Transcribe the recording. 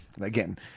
again